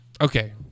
okay